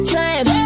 time